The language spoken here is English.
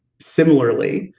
similarly,